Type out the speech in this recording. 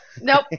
nope